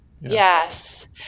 Yes